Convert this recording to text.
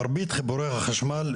מרבית חיבורי החשמל,